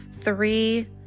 Three